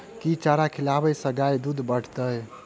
केँ चारा खिलाबै सँ गाय दुध बढ़तै?